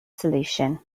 solution